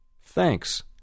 Thanks